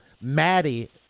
Maddie